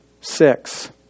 six